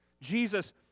Jesus